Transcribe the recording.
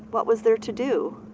what was there to do?